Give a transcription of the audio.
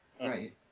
Right